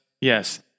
yes